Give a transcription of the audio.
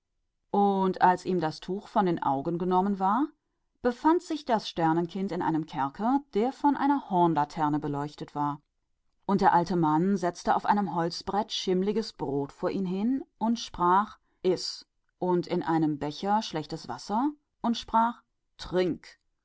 und als ihm das tuch von den augen genommen wurde befand es sich in einem kerker den eine hornlaterne beleuchtete und der alte mann setzte ihm auf einem holzteller schimmliges brot vor und sagte iß und salziges wasser in einem becher und sagte trink